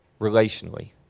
relationally